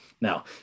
Now